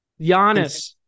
Giannis